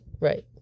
Right